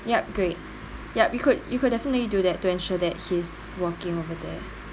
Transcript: yup great yup you could you could definitely do that to ensure that he's working over there